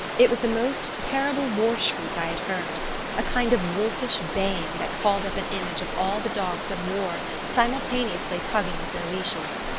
it was the most terrible war-shriek i had heard a kind of wolfish baying that called up an image of all the dogs of war simultaneously tugging at their leashes.